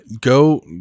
go